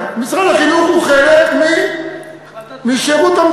משרד החינוך הפך להיות משרד העבודה?